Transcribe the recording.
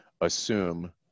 assume